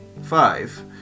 five